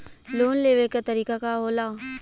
Loan लेवे क तरीकाका होला?